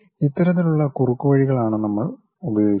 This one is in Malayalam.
ഇത്തരത്തിലുള്ള കുറുക്കുവഴികളാണ് നമ്മൾ ഉപയോഗിക്കുന്നത്